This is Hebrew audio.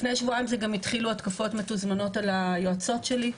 לפני שבועיים התחילו התקפות מתוזמנות על היועצות שלי,